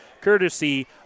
courtesy